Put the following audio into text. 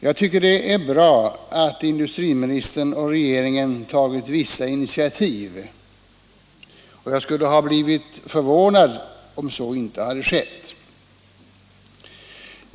Jag tycker det är bra att industriministern och regeringen har tagit vissa initiativ. Och jag skulle ha blivit förvånad om så inte hade skett.